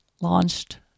launched